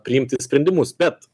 priimti sprendimus bet